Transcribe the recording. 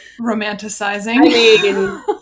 romanticizing